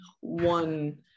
one